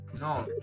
No